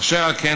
אשר על כן,